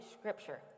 Scripture